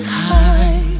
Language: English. high